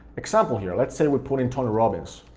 example here, let's say we put in tony robbins,